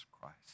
Christ